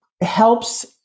helps